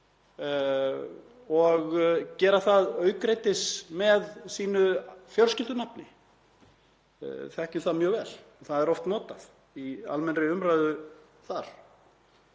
og gera það aukreitis með sínu fjölskyldunafni. Við þekkjum mjög vel að það er oft notað í almennri umræðu þar.